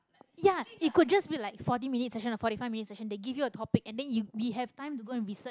ya it could just be like forty minute session or forty five minute session they give you a topic and then yo~ we have time to go and research